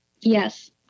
Yes